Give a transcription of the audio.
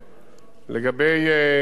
קודם כול,